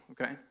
okay